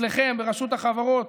אצלכם ברשות החברות,